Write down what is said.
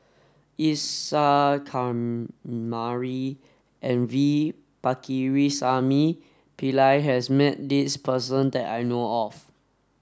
Isa Kamari and V Pakirisamy Pillai has met this person that I know of